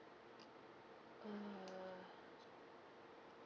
(uh huh)